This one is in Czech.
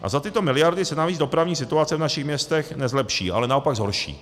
A za tyto miliardy se navíc dopravní situace v našich městech nezlepší, ale naopak zhorší.